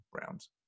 rounds